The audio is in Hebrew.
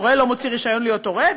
הורה לא מוציא רישיון להיות הורה,